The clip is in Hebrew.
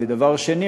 ודבר שני,